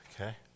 Okay